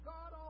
God